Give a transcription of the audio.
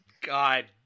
God